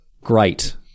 great